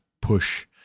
push